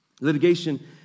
Litigation